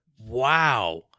Wow